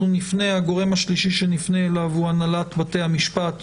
הגורם השלישי שנפנה אליו הוא הנהלת בתי המשפט,